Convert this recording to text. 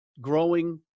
growing